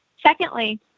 Secondly